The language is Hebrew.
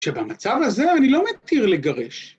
שבמצב הזה, אני לא מתיר לגרש.